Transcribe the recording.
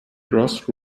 grass